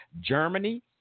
Germany